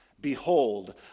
Behold